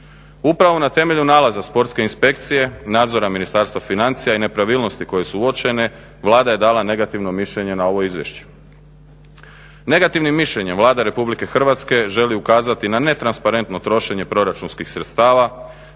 Upravo na temelju nalaza sportske inspekcije, nadzora Ministarstva financija i nepravilnosti koje su uočene, Vlada je dala negativno mišljenje na ovo izvješće. Negativnim mišljenjem Vlada RH želi ukazati na netransparentno trošenje proračunskih sredstava